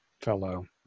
fellow